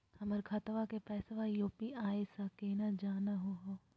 हमर खतवा के पैसवा यू.पी.आई स केना जानहु हो?